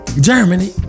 Germany